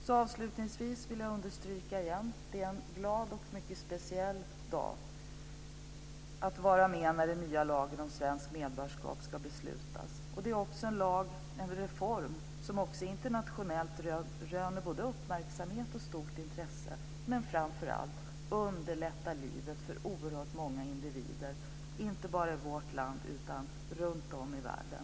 Avslutningsvis vill jag återigen understryka att det är en glad och mycket speciell dag när vi nu får vara med om att den nya lagen om svenskt medborgarskap ska beslutas. Det är också en reform som internationellt röner både uppmärksamhet och stort intresse. Framför allt underlättar den livet för oerhört många individer inte bara i vårt land utan runtom i världen.